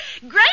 Great